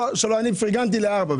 3.75%. פרגנתי ל-4%.